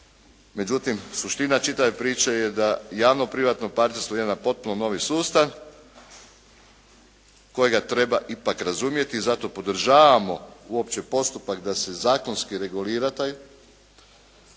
Međutim, suština čitave priče je da javno privatno partnerstvo ide na potpuno novi sustav kojega treba ipak razumjeti. Zato podržavamo uopće postupak da se zakonski regulira taj